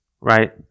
right